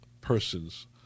persons